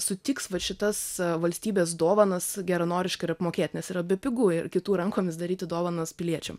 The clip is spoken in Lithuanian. sutiks vat šitas valstybės dovanas geranoriškai ir apmokėt nes yra bepigu kitų rankomis daryti dovanas piliečiam